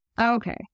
Okay